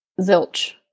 zilch